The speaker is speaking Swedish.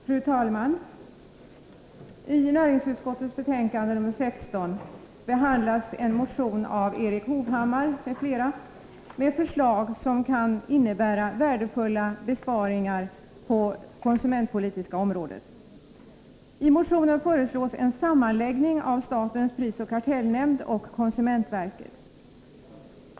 Fru talman! I näringsutskottets betänkande nr 16 behandlas en motion av Erik Hovhammar m.fl. med förslag som kan innebära värdefulla besparingar på det konsumentpolitiska området. I motionen föreslås en sammanläggning av statens prisoch kartellnämnd och konsumentverket.